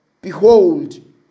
Behold